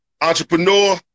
entrepreneur